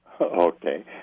Okay